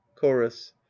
Chorus